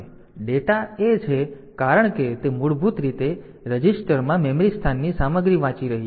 તેથી ડેટા એ છે કારણ કે તે મૂળભૂત રીતે A રજિસ્ટરમાં મેમરી સ્થાનની સામગ્રી વાંચી રહ્યો છે